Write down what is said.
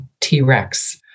T-Rex